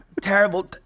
Terrible